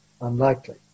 unlikely